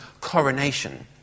coronation